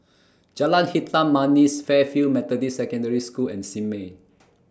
Jalan Hitam Manis Fairfield Methodist Secondary School and Simei